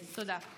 תודה.